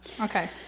Okay